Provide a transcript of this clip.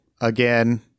again